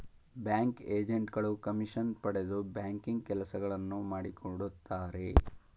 bank agent ಗಳು commission ಪಡೆದು banking ಕೆಲಸಗಳನ್ನು ಮಾಡಿಕೊಡುತ್ತಾರೆ